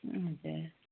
हजुर